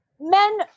Men